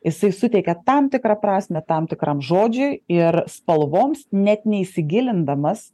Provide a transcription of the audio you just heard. jisai suteikia tam tikrą prasmę tam tikram žodžiui ir spalvoms net neįsigilindamas